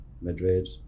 Madrid